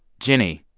jenny,